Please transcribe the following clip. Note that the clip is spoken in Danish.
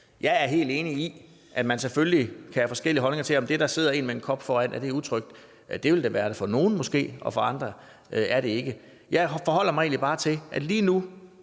Jeg er helt enig i, at man selvfølgelig kan have forskellige holdninger til det. Er det utrygt, at der sidder en med en kop foran sig? Ja, det vil det måske være for nogle, og for andre vil det ikke være det. Jeg forholder mig egentlig bare til, at lige nu